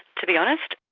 to be honest.